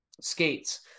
skates